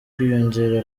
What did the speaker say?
kwiyongera